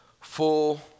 full